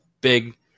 big